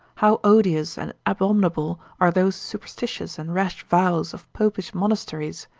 how odious and abominable are those superstitious and rash vows of popish monasteries,